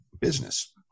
business